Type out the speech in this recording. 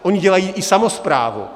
Oni dělají i samosprávu.